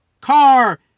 car